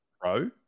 pro